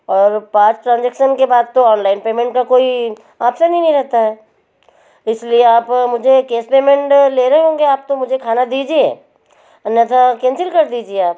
और पाँच ट्रांजेक्शन के बाद तो ऑनलाइन पेमेंट का कोई ऑप्शन ही नहीं रहता है इसलिए आप मुझे कैश पेमेंट ले रहे होंगे आप तो मुझे खाना दीजिए अन्यथा केंसिल कर दीजिए आप